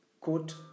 quote